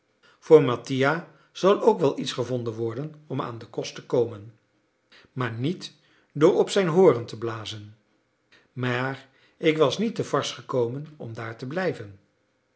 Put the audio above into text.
voor mattia zal ook wel iets gevonden worden om aan den kost te komen maar niet door op zijn horen te blazen maar ik was niet te varses gekomen om daar te blijven